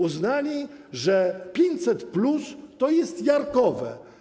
Uznali, że 500+ to jest jarkowe.